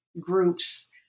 groups